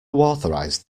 authorised